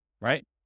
right